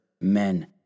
men